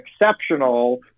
exceptional